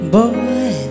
Boy